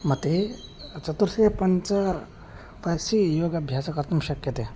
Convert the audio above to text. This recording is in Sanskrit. मते चतुर्थे पञ्चमे वयसि योगाभ्यासः कर्तुं शक्यते